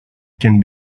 can